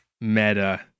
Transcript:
Meta